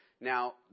Now